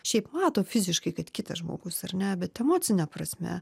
šiaip mato fiziškai kad kitas žmogus ar ne bet emocine prasme